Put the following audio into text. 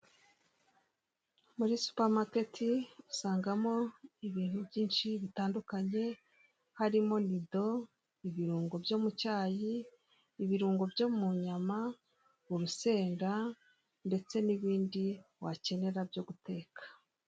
Muri supamaketi usangamo ibintu byinshi bitandukanye harimo Nido, ibirungo byo mucyayi ,ibirungo byo munyama, urusenda ndetse nibindi wakenera byo guteka.